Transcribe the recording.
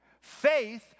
Faith